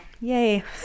yay